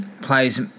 plays